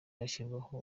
hashyirwaho